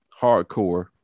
hardcore